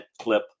clip